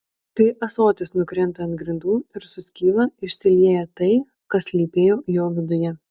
kai ąsotis nukrinta ant grindų ir suskyla išsilieja tai kas slypėjo jo viduje